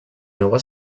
nova